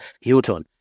Hilton